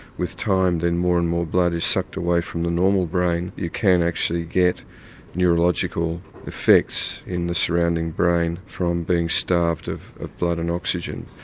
with time, then more and more blood is sucked away from the normal brain, and you can actually get neurological effects in the surrounding brain from being starved of of blood and oxygen.